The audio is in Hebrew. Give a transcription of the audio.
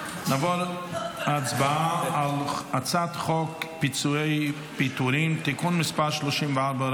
נעבור להצבעה על הצעת חוק פיצויי פיטורים (תיקון מס' 34,